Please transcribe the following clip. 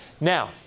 Now